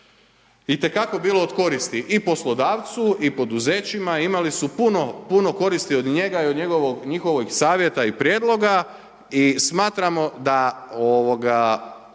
i te kako je bilo od koristi i poslodavcu i poduzećima imali su puno koristi od njega i njihovih savjeta i prijedloga i smatramo da ne